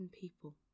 people